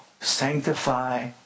sanctify